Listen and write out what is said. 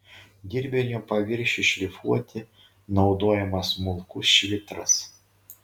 dirbinio paviršiui šlifuoti naudojamas smulkus švitras